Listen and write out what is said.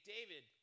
David